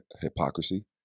hypocrisy